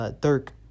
Dirk